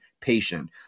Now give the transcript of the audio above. patient